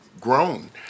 grown